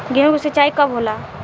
गेहूं के सिंचाई कब होला?